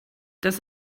das